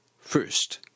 First